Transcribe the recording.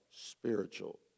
Spiritual